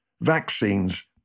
vaccines